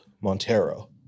Montero